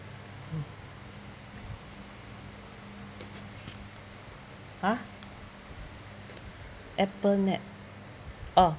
hmm ha apple net oh